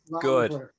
good